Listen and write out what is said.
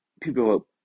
people